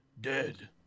Dead